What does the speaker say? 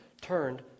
turned